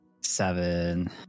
seven